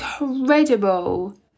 incredible